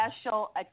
special